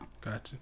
Gotcha